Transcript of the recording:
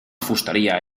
fusteria